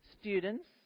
students